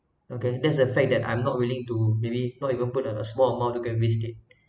okay that's a fact that I'm not willing to maybe not even put a small amount to get risk it